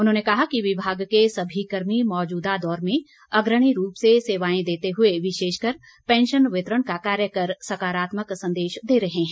उन्होंने कहा कि विभाग के सभी कर्मी मौजूदा दौर में अग्रणी रूप से सेवाएं देते हुए विशेषकर पैंशन वितरण का कार्य कर सकारात्मक संदेश दे रहे हैं